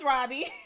Robbie